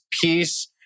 peace